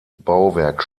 bauwerk